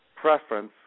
preference